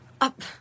up